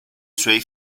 suoi